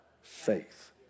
faith